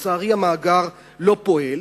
לצערי המאגר לא פועל,